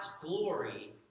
glory